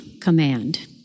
command